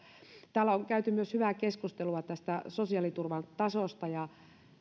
täällä on käyty myös hyvää keskustelua sosiaaliturvan tasosta ja